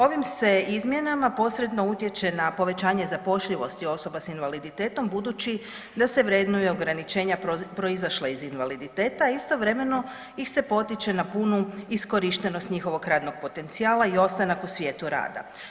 Ovim se izmjenama posredno utječe na povećanje zapošljivosti osoba s invaliditetom budući da se vrednuje ograničenja proizašla iz invaliditeta, a istovremeno ih se potiče na punu iskorištenost njihovog radnog potencijala i ostanak u svijetu rada.